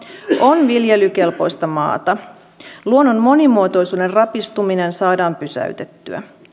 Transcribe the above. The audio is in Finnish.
on viljelykelpoista maata luonnon monimuotoisuuden rapistuminen saadaan pysäytettyä